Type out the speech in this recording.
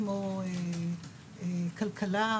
כמו כלכלה,